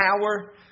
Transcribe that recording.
power